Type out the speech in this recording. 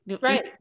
Right